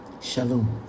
Shalom